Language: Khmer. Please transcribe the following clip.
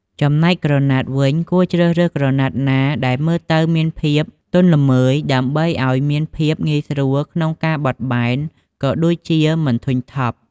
ចំណែកក្រណាត់វិញគួរជ្រើសរើសក្រណាត់ណាដែលមើលទៅមានភាពទន់ល្មើយ ដើម្បីឲ្យមានភាពងាយស្រួលក្នុងការបត់បែន ក៏ដូចជាមិនធុញថប់។